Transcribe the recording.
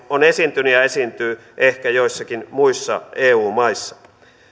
on esiintynyt ja esiintyy ehkä joissakin muissa eu maissa